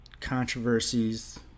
controversies